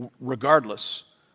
regardless